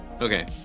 Okay